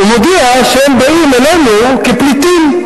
ומודיע שהם באים אלינו כפליטים,